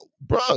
bro